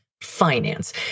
finance